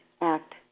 act